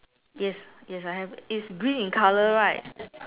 yes yes I have its green in colour right